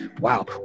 wow